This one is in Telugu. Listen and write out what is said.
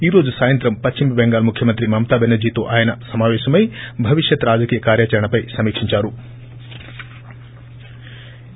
ఈ రోజు సాయంత్రం పశ్చిమ బెంగాల్ ముఖ్యమంత్రి మమతా బెనర్దీతో ఆయన సమాపేశమై భవిష్యత్ రాజకీయ కార్యాచరణపై సమిక్షించారు